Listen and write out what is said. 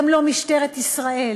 גם לא משטרת ישראל,